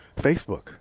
Facebook